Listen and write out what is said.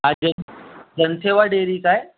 हां जन जनसेवा डेरी काय